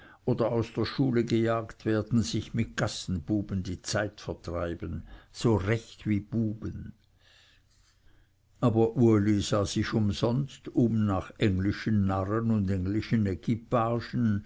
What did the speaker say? oder aus der schule gejagt werden sich mit gassenbuben die zeit vertreiben so recht wie buben aber uli sah sich umsonst um nach englischen narren und englischen